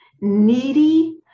needy